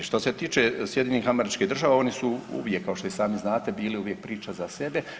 Što se tiče SAD-a oni su uvijek kao što i sami znate bili uvijek priča za sebe.